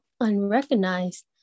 unrecognized